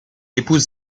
épouse